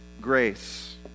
grace